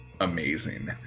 amazing